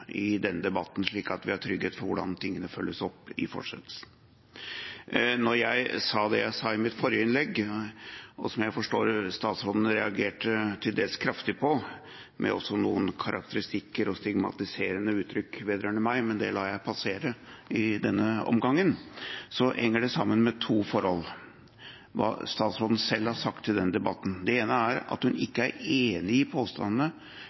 i denne debatten, slik at vi har trygghet for hvordan tingene følges opp i fortsettelsen. Når jeg sa det jeg sa i mitt forrige innlegg, og som jeg forstår statsråden reagerte til dels kraftig på – også med noen karakteristikker og stigmatiserende uttrykk vedrørende meg, men det lar jeg passere i denne omgangen – henger det sammen med to forhold: hva statsråden selv har sagt i denne debatten. Det ene er at hun ikke er enig i påstandene